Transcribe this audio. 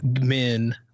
men